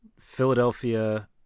philadelphia